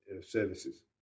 services